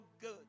good